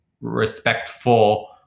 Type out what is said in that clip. respectful